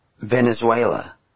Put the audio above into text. Venezuela